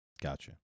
Gotcha